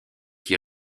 qui